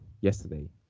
yesterday